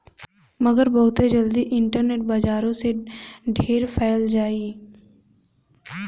मगर बहुते जल्दी इन्टरनेट बजारो से ढेर फैल जाई